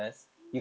mm